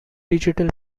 digital